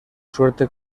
suerte